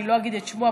אני לא אגיד את שמו,